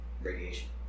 radiation